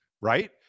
Right